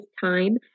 time